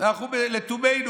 אנחנו לתומנו